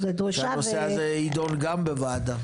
שהנושא הזה יידון גם בוועדה.